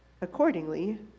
Accordingly